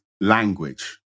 language